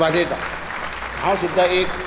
वाजयता हांव सुद्दां एक